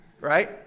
right